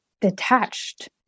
detached